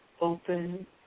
open